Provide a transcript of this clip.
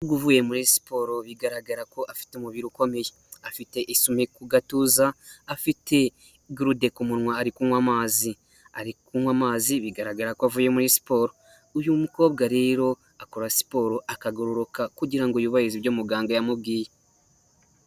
Umukobwa uvuye muri siporo bigaragara ko afite umubiri ukomeye afite isumi ku gatuza afite gurude ku munwa ari kunywa amazi ari kunywa amazi bigaragara ko avuye muri siporo uyu mukobwa rero akora siporo akagororoka kugirango yubahize ibyo muganga yamubwiye.